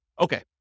Okay